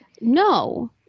No